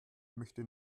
möchte